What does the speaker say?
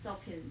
照片